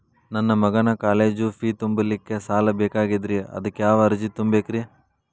ನನ್ನ ಮಗನ college fee ತುಂಬಲಿಕ್ಕೆ ಸಾಲ ಬೇಕಾಗೆದ್ರಿ ಅದಕ್ಯಾವ ಅರ್ಜಿ ತುಂಬೇಕ್ರಿ?